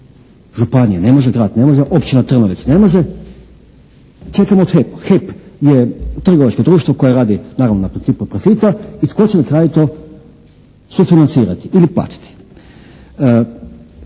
Županija ne može, grad ne može, općina Trnovec ne može. Čekamo HEP. HEP je trgovačko društvo koje radi naravno na principu profita. I tko će na kraju to sufinancirati ili platiti.